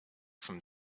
from